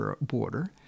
border